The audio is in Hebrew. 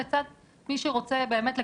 לעומת מי שרוצה באמת,